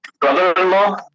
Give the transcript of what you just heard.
brother-in-law